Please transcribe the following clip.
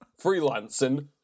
freelancing